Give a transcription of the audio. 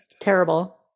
Terrible